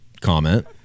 comment